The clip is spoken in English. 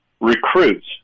recruits